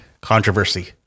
Controversy